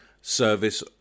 service